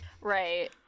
right